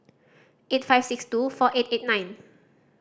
eight five six two four eight eight nine